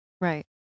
Right